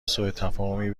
سوتفاهمی